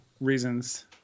reasons